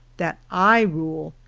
that i rule,